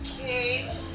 Okay